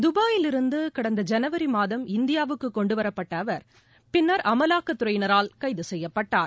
துபாயில் இருந்துகடந்த இனவரிமாதம் இந்தியாவுக்குகொண்டுவரப்பட்டஅவர் பின்னர் அமலாக்கத் துறையினரால் கைதுசெய்யப்பட்டார்